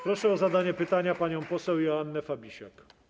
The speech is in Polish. Proszę o zadanie pytania panią poseł Joannę Fabisiak.